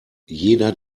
jeder